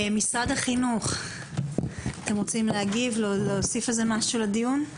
משרד החינוך, אתם רוצים להגיב ולהוסיף משהו לדיון?